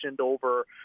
over